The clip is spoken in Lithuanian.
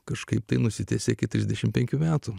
kažkaip tai nusitęsė iki trisdešimt penkių metų